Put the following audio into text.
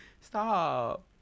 Stop